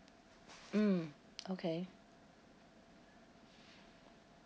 mm okay